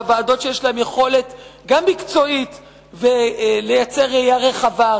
והוועדות שיש להן גם יכולת מקצועית וגם ראייה רחבה,